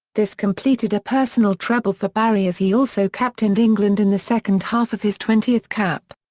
this completed a personal treble for barry as he also captained england in the second half of his twentieth cap.